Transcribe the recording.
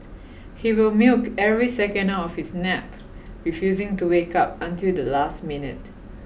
he will milk every second out of his nap refusing to wake up until the last minute